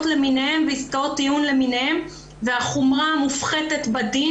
למיניהן ועסקאות טיעון למיניהן והחומרה מופחתת בדין,